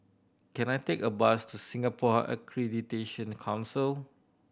can I take a bus to Singapore Accreditation Council